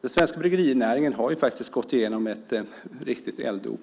Den svenska bryggerinäringen har gått igenom ett riktigt elddop,